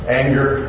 anger